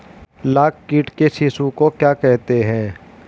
लाख कीट के शिशु को क्या कहते हैं?